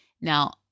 Now